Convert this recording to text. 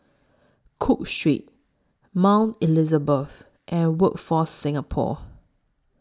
Cook Street Mount Elizabeth and Workforce Singapore